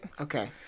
Okay